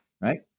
Right